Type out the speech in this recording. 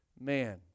man